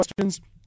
questions